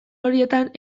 horietan